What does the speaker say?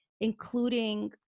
including